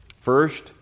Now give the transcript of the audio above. First